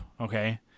okay